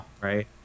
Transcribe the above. Right